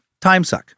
timesuck